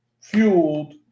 fueled